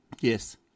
Yes